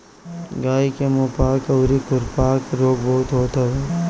गाई के मुंहपका अउरी खुरपका रोग बहुते होते हवे